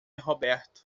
roberto